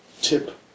tip